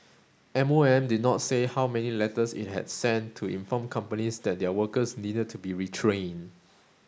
M O M did not say how many letters it had sent to inform companies that their workers needed to be retrained